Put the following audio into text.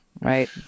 Right